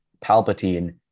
Palpatine